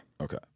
Okay